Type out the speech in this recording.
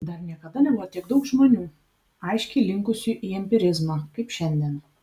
dar niekada nebuvo tiek daug žmonių aiškiai linkusių į empirizmą kaip šiandien